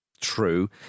true